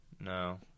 No